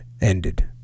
ended